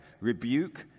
rebuke